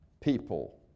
people